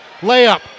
layup